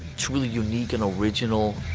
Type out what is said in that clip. truly unique and original.